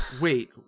wait